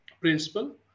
principle